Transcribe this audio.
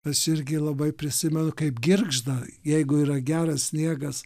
aš irgi labai prisimenu kaip girgžda jeigu yra geras sniegas